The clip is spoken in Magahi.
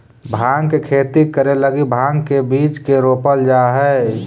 भाँग के खेती करे लगी भाँग के बीज के रोपल जा हई